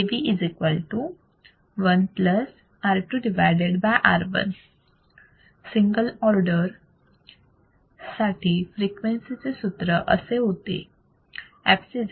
Av 1 R2R1 single order साठी frequency चे सूत्र असे होते